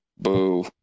boo